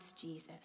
Jesus